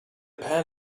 pan